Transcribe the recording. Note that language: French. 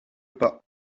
pas